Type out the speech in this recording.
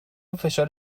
فشار